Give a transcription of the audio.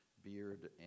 beard